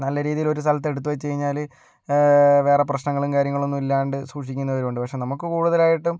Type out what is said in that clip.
നല്ല രീതിയില് ഒരു സ്ഥലത്ത് എടുത്ത് വെച്ച് കഴിഞ്ഞാല് വേറെ പ്രശ്നങ്ങളും കാര്യങ്ങളൊന്നുമില്ലാണ്ട് സൂക്ഷിക്കുന്നവരുമുണ്ട് പക്ഷെ നമുക്ക് കൂടുതലായിട്ടും